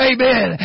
Amen